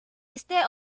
este